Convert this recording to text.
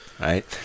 right